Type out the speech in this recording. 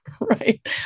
Right